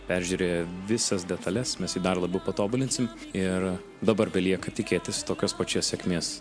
peržiūrėję visas detales mes jį dar labiau patobulinsim ir dabar belieka tikėtis tokios pačios sėkmės